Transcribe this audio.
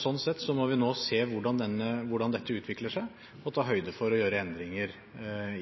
Sånn sett må vi nå se hvordan dette utvikler seg, og ta høyde for å gjøre endringer